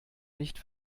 nicht